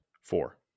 Four